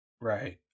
Right